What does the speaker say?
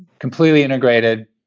completely integrated,